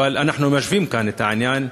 אבל אנחנו משווים כאן את העניין.